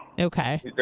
Okay